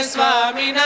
Swami